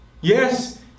Yes